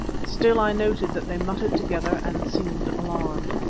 still i noted that they muttered together and seemed alarmed.